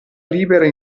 libera